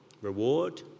reward